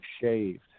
shaved